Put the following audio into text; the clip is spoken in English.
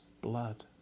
blood